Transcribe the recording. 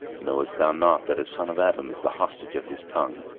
knowest thou not that a son of adam is the hostage of his tongue,